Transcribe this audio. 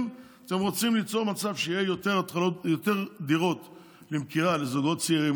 אם אתם רוצים ליצור מצב שיהיו יותר דירות למכירה לזוגות צעירים,